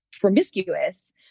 promiscuous